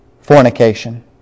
fornication